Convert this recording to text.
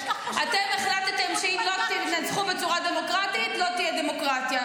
יש לך --- אתם החלטתם שאם לא תנצחו בצורה דמוקרטית לא תהיה דמוקרטיה.